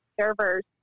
servers